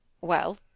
Well